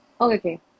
okay